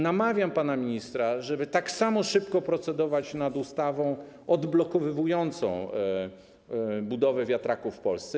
Namawiam pana ministra, żeby tak samo szybko procedować nad ustawą odblokowującą budowę wiatraków w Polsce.